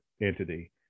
entity